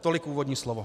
Tolik úvodní slovo.